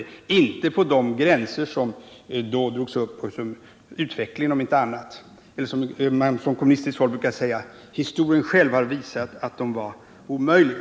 Jag syftade inte på de gränser som då drogs upp och som om inte på annat sätt så genom utvecklingen har visat sig vara omöjliga, eller som man från kommunistiskt håll brukar säga: Historien själv har visat att de var omöjliga.